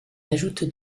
ajoute